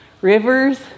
rivers